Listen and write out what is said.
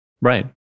Right